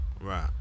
Right